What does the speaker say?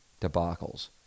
debacles